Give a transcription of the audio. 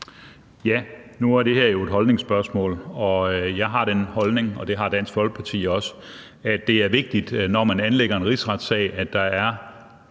Nu var det her jo et holdningsspørgsmål, og jeg har den holdning – og det har Dansk Folkeparti også – at det er vigtigt, at der, når man anlægger en rigsretssag, er så